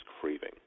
craving